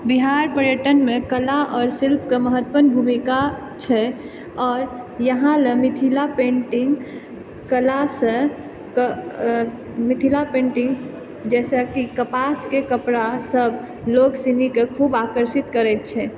बिहार पर्यटन कला आओर शिल्पके महत्वपुर्ण भुमिका छै आओर इहा लेल मिथिला पेन्टिंग कलासँ मिथिला पेन्टिंग जाहिसँ कपासके कपड़ा सब लोग सिबकऽ खुब आकर्षित करै छै